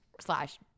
Slash